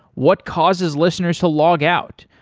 what causes listeners to log out,